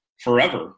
forever